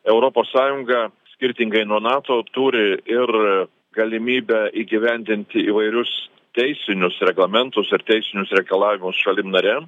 europos sąjunga skirtingai nuo nato turi ir galimybę įgyvendinti įvairius teisinius reglamentus ir teisinius reikalavimus šalim narėm